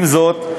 עם זאת,